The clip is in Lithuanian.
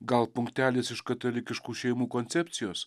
gal punktelis iš katalikiškų šeimų koncepcijos